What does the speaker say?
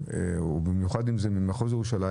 ובמיוחד אם זה ממחוז ירושלים,